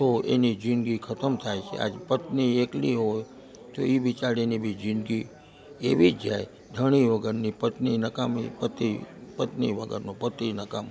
તો એની જિંદગી ખતમ થાય છે આજ પત્ની એકલી હોય તો એ બિચારીની બી જિંદગી એવી જ જાય ધણી વગરની પત્ની નકામી પતિ પત્ની વગરનો પતિ નકામો